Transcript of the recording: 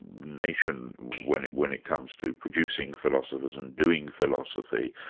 nation when it when it comes to producing philosophers and doing philosophy,